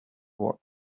what